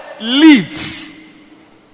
leads